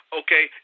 okay